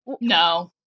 No